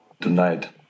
Tonight